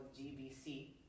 GBC